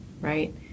right